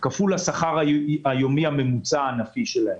כפול השכר היומי הממוצע הענפי שלהם.